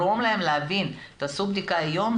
אנחנו צריכים לגרום להבין: תעשו בדיקה היום,